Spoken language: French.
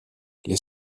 les